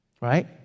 Right